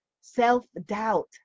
self-doubt